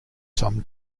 some